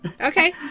Okay